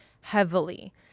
heavily